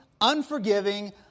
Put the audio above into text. unforgiving